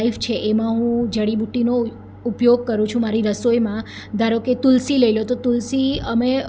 life છે એમાં હું જડીબુટ્ટીનો ઉપયોગ કરું છું મારી રસોઈમાં ધારો કે તુલસી લઈ લો તો તુલસી અમે